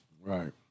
Right